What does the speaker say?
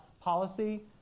policy